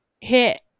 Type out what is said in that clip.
hit